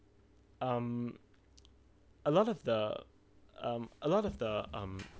um a lot of the um a lot of the um